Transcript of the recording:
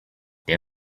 they